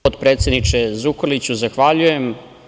Potpredsedniče Zukorliću, zahvaljujem.